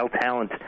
talent